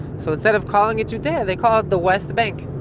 so instead of calling it judea, they call it the west bank.